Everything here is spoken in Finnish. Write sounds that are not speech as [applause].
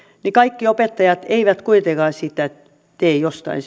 niin kaikki opettajat eivät kuitenkaan sitä tee jostain [unintelligible]